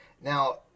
Now